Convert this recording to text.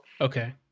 Okay